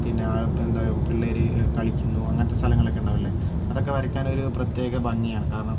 പിന്നെ എന്താണ് പറയുക ഇപ്പം പിള്ളേർ കളിക്കുന്നു അങ്ങനത്തെ സ്ഥലങ്ങളൊക്കെ ഉണ്ടാവില്ലേ അതൊക്കെ വരയ്ക്കാൻ ഒരു പ്രത്യേക ഭംഗിയാണ് കാരണം